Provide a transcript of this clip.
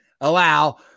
allow